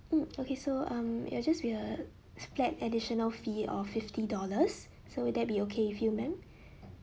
hmm okay so um it'll just be uh flat additional fee of fifty dollars so would that be okay with you ma'am